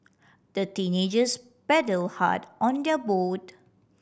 the teenagers paddled hard on their boat